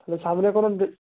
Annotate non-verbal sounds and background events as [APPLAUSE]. তাহলে সামনে কোনো [UNINTELLIGIBLE]